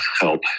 help